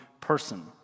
person